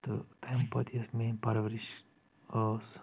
تہٕ تمہِ پتہٕ یۄس میٲنۍ پرؤرِس ٲسۍ